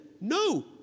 No